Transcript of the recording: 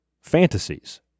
fantasies